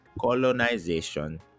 colonization